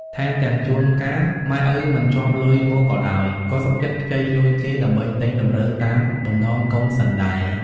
ថែមទាំងជួនកាលម៉ែឪមិនជាប់លុយមកក៏ដោយ ក៏សុខចិត្តខ្ចីលុយគេដើម្បីទិញតម្រូវតាមបំណងកូនសិនដែរ ។